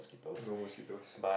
no mosquitoes